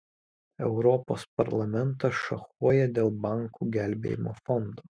europos parlamentas šachuoja dėl bankų gelbėjimo fondo